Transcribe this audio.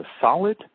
solid